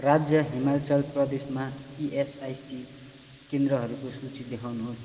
राज्य हिमाचल प्रदेशमा इएसआइसी केन्द्रहरूको सूची देखाउनुहोस्